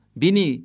bini